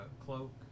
cloak